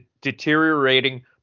deteriorating